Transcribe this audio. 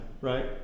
right